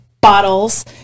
bottles